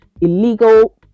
illegal